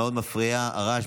מאוד מפריע הרעש,